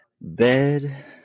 bed